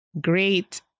great